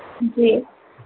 जी